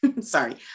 Sorry